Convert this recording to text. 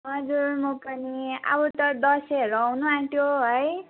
हजुर म पनि अब त दसैँहरू आउनु आँट्यो है